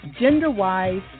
gender-wise